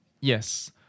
Yes